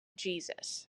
jesus